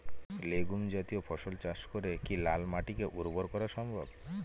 Legume জাতীয় ফসল চাষ করে কি লাল মাটিকে উর্বর করা সম্ভব?